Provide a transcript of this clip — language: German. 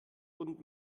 und